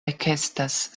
ekestas